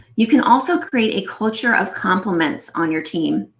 you can also create a culture of compliments on your team.